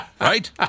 Right